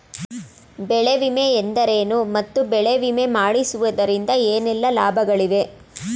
ಬೆಳೆ ವಿಮೆ ಎಂದರೇನು ಮತ್ತು ಬೆಳೆ ವಿಮೆ ಮಾಡಿಸುವುದರಿಂದ ಏನೆಲ್ಲಾ ಲಾಭಗಳಿವೆ?